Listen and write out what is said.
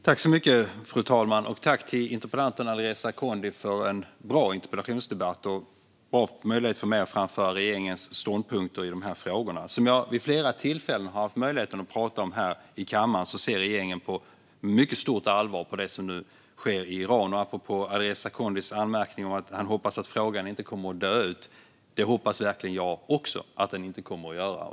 Fru talman! Tack till interpellanten Alireza Akhondi för en bra interpellationsdebatt och en bra möjlighet för mig att framföra regeringens ståndpunkter i frågorna! Som jag vid flera tillfällen har haft möjlighet att prata om här i kammaren ser regeringen med mycket stort allvar på det som nu sker i Iran. Apropå Alireza Akhondis anmärkning om att han hoppas att frågan inte kommer att dö ut: Det hoppas verkligen jag också att den inte kommer att göra!